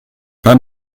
pas